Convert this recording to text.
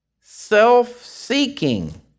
self-seeking